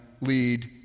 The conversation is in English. lead